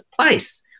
Place